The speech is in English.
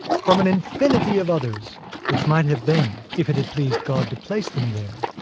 from an infinity of others which might have been, if it had pleased god to place them there,